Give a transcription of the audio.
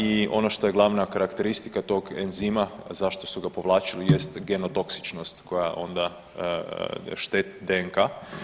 I ono što je glavna karakteristika tog enzima zašto su ga povlačili jeste genotoksičnost koja onda šteti DNK.